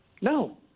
No